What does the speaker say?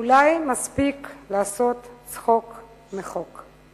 אולי מספיק לעשות צחוק מהחוק?